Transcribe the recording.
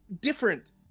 different